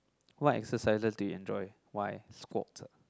what exercises do you enjoy why squats ah